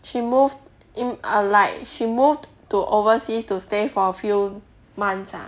she moved in a like she moved to overseas to stay for a few months ah